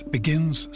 Begins